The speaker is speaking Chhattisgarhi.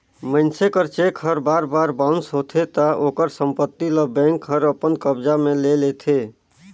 मइनसे कर चेक हर बार बार बाउंस होथे ता ओकर संपत्ति ल बेंक हर अपन कब्जा में ले लेथे